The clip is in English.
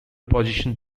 position